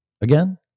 again